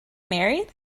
married